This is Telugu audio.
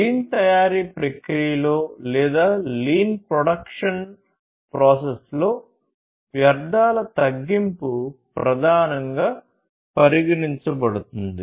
లీన్ తయారీ ప్రక్రియలో లేదా లీన్ ప్రొడక్షన్ ప్రాసెస్లో వ్యర్థాల తగ్గింపు ప్రధానంగా పరిగణించబడుతుంది